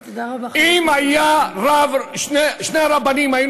תודה, חבר הכנסת וקנין.